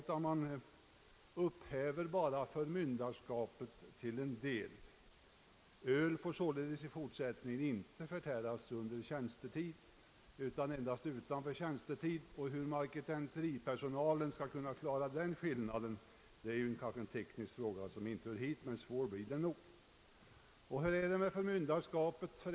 Man upphäver bara förmynderskapet till en del. Öl får således i fortsättningen inte förtäras under tjänstetid utan endast utanför denna. Hur marketenteripersonalen skall kunna klara av denna skillnad är måhända en teknisk fråga som inte hör hit. Men nog torde den bli svår att lösa! Hur är det då i själva verket med förmynderskapet?